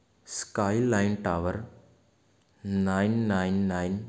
skyline tower nine nine nine